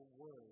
words